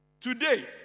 today